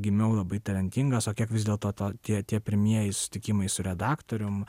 gimiau labai talentingas o kiek vis dėlto to tie tie pirmieji susitikimai su redaktorium